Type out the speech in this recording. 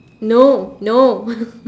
no no